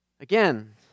Again